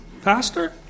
Pastor